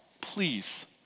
please